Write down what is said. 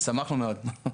נכון, שמחנו מאוד.